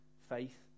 faith